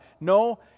No